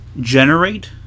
generate